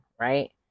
right